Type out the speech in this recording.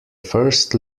first